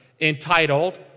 entitled